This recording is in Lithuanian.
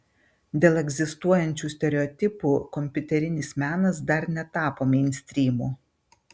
dėl egzistuojančių stereotipų kompiuterinis menas dar netapo meinstrymu